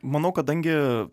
manau kadangi